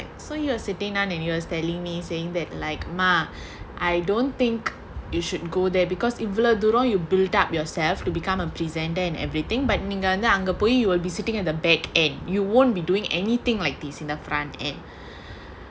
so you are sitting now in U_S telling me saying that like ma I don't think you should go there because இவ்வளவு தூரொம்:ivvalavu thooram you build up yourself to become a presenter and everything but நீங்கவந்து அங்கபோய்:ningavanthu angapoyi you will be sitting at the back and you won't be doing anything like this in the front end